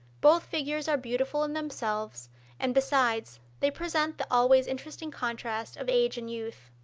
both figures are beautiful in themselves and, besides, they present the always interesting contrast of age and youth.